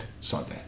Sunday